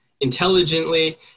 intelligently